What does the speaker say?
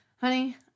honey